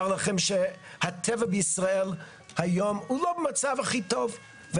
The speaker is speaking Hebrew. לכם שהטבע בישראל היום הוא לא במצב הכי טוב.